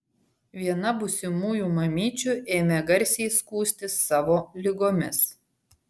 viena būsimųjų mamyčių ėmė garsiai skųstis savo ligomis